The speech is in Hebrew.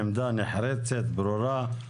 עמדה נחרצת, ברורה.